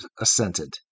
assented